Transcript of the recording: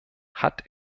hat